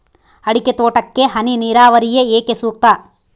ಅಡಿಕೆ ತೋಟಕ್ಕೆ ಹನಿ ನೇರಾವರಿಯೇ ಏಕೆ ಸೂಕ್ತ?